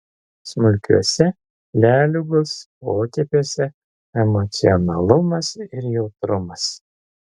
smulkiuose leliugos potėpiuose emocionalumas ir jautrumas